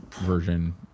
version